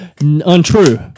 Untrue